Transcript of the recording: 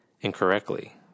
incorrectly